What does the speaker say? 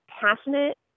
passionate